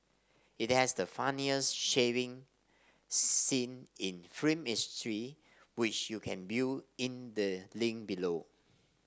it has the funniest shaving scene in film history which you can view in the link below